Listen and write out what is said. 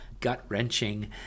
gut-wrenching